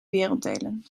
werelddelen